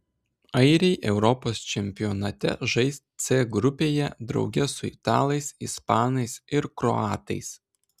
airiai europos čempionate žais c grupėje drauge su italais ispanais ir kroatais